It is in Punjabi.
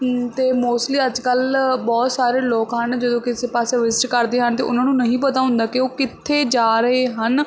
ਅਤੇ ਮੋਸਟਲੀ ਅੱਜ ਕੱਲ੍ਹ ਬਹੁਤ ਸਾਰੇ ਲੋਕ ਹਨ ਜਦੋਂ ਕਿਸੇ ਪਾਸੇ ਵਿਜਿਟ ਕਰਦੇ ਹਨ ਅਤੇ ਉਹਨਾਂ ਨੂੰ ਨਹੀਂ ਪਤਾ ਹੁੰਦਾ ਕਿ ਉਹ ਕਿੱਥੇ ਜਾ ਰਹੇ ਹਨ